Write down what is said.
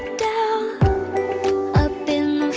down up in